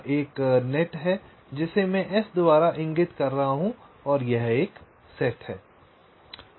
यह एक नेट है जिसे मैं S द्वारा इंगित कर रहा हूं यह एक सेट है